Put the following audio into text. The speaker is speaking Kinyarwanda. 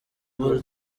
bull